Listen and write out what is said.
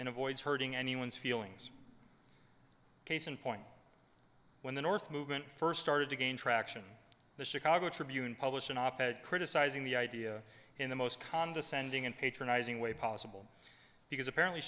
and avoids hurting anyone's feelings case in point when the north movement first started to gain traction the chicago tribune published an op ed criticizing the idea in the most condescending and patronizing way possible because apparently